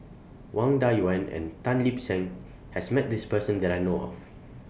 Wang Dayuan and Tan Lip Seng has Met This Person that I know of